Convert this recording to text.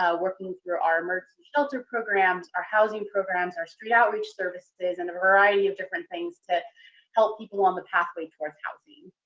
working through our emergency shelter programs, our housing programs, our street outreach services, and a variety of different things to help people on the pathway towards housing.